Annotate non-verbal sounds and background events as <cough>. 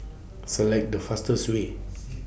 Select The fastest Way <noise>